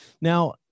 now